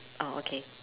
oh okay